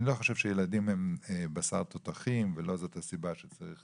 אני לא חושב שילדים הם בשר תותחים ולא זאת הסיבה שצריך